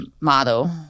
model